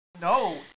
no